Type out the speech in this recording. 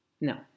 No